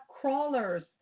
crawlers